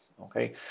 Okay